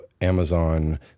Amazon